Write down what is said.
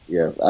Yes